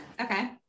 Okay